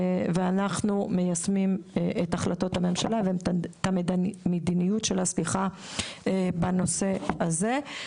ואנחנו מיישמים את החלטות הממשלה ואת המדיניות שלה בנושא הזה.